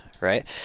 Right